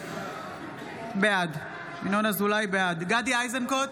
בעד גדי איזנקוט,